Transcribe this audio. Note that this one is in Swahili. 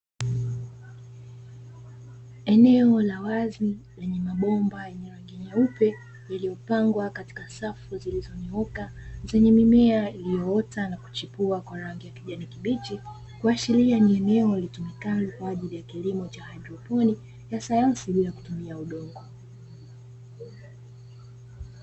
Eneo la wazi lenye mabomba yenye rangi nyeupe, yaliyopangwa katika safu zilizonyooka zenye mimea iliyoota na kuchipua kwa rangi ya kijani kibichi, kuashiria ni eneo litumikalo kwa ajili ya kilimo cha haidroponi, ya sayansi bila kutumia udongo.